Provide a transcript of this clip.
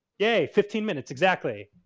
yay, fifteen minutes exactly.